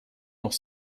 noch